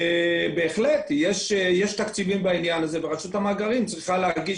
בהחלט יש תקציבים בעניין הזה ורשות המאגרים צריכה להגיש